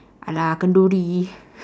alah kenduri